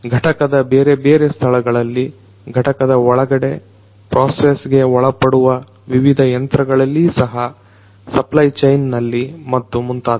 ಘಟಕದ ಬೇರೆ ಬೇರೆ ಸ್ಥಳಗಳಲ್ಲಿ ಘಟಕದ ಒಳಗಡೆ ಪ್ರೊಸೆಸ್ಗೆ ಒಳಪಡುವ ವಿವಿಧ ಯಂತ್ರಗಳಲ್ಲಿ ಸಹ ಸಪ್ಲೈ ಚೈನ್ ನಲ್ಲಿ ಮತ್ತು ಮುಂತಾದವು